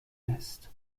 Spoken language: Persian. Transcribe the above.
است